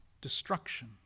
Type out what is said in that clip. destruction